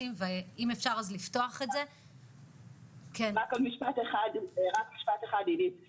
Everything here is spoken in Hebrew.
אז לצערנו הרב כמות הילדים שחולים בסרטן רק עולה משנה